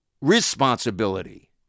responsibility